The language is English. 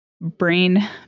brain